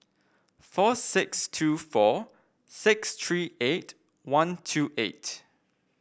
four six two four six three eight one two eight